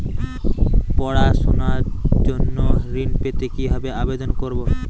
পড়াশুনা জন্য ঋণ পেতে কিভাবে আবেদন করব?